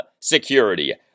security